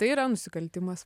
tai yra nusikaltimas